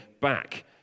back